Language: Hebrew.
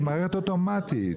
מערכת אוטומטית.